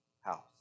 house